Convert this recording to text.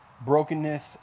brokenness